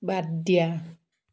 বাদ দিয়া